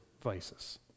vices